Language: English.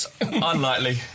Unlikely